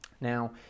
Now